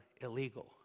illegal